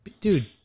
Dude